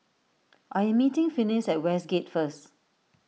I am meeting Finis at Westgate first